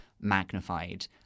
magnified